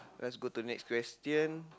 let's go to next question